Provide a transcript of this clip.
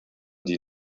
die